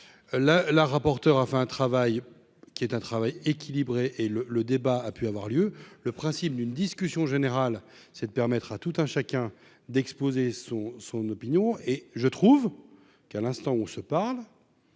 la rapporteure, a fait un travail qui est un travail équilibré et le le débat a pu avoir lieu, le principe d'une discussion générale, c'est de permettre à tout un chacun d'exposer son son opinion et je trouve qu'à l'instant où on se parle